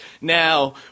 Now